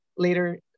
later